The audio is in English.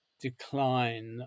decline